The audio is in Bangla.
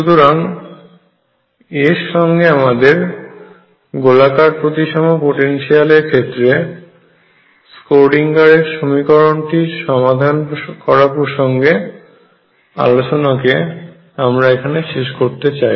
সুতরাং এর সঙ্গে আমাদের গোলাকার প্রতিসম পোটেনশিয়াল এর ক্ষেত্রে স্ক্রোডিঙ্গারের সমীকরণটির সমাধান করা প্রসঙ্গে আলোচনাকে আমরা এখানে শেষ করতে চাই